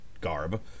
garb